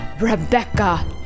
Rebecca